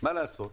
מה לעשות,